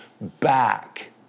back